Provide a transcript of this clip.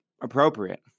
appropriate